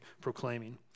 proclaiming